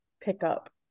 pickup